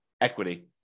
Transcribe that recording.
equity